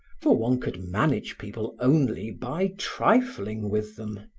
for one could manage people only by trifling with them.